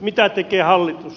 mitä tekee hallitus